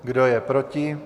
Kdo je proti?